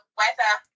weather